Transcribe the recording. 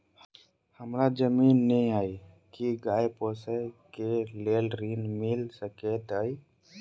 हमरा जमीन नै अई की गाय पोसअ केँ लेल ऋण मिल सकैत अई?